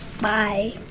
Bye